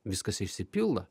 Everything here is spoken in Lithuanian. viskas išsipildo